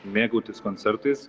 mėgautis koncertais